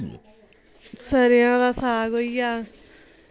सरेआं दा साग होईआ